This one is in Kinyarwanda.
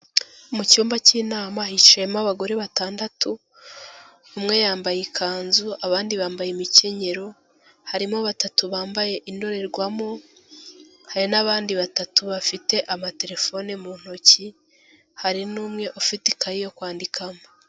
Mu cyumba cy'inama hicimo abagore batandatu umwe yambaye ikanzu abandi bambaye imikenyero, harimo batatu bambaye indorerwamo hari n'abandi batatu bafite amaterefone mu ntoki, hari n'umwe ufite ikayi yo kwandikamo.